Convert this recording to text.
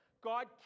God